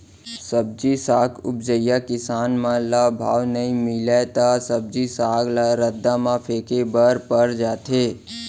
सब्जी साग उपजइया किसान मन ल भाव नइ मिलय त साग सब्जी ल रद्दा म फेंके बर पर जाथे